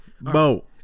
Bo